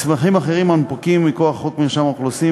מסמכים אחרים המונפקים מכוח חוק מרשם האוכלוסין